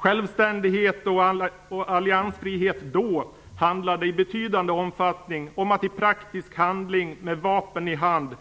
Självständighet och alliansfrihet då handlade i betydande omfattning om att i praktisk handling med vapen i hand